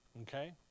Okay